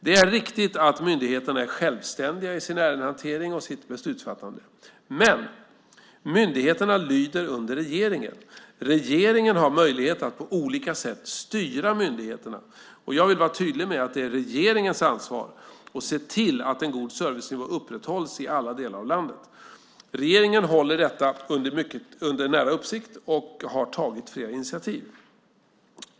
Det är riktigt att myndigheterna är självständiga i sin ärendehantering och sitt beslutsfattande. Men myndigheterna lyder under regeringen. Regeringen har möjlighet att på olika sätt styra myndigheterna, och jag vill vara tydlig med att det är regeringens ansvar att se till att en god servicenivå upprätthålls i alla delar av landet. Regeringen håller detta under nära uppsikt och har tagit flera initiativ.